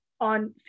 on